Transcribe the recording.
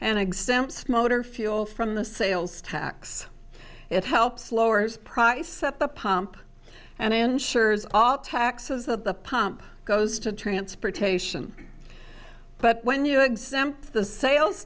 and exempts motor fuel from the sales tax it helps lowers price at the pump and ensures all taxes that the pump goes to transportation but when you exempt the sales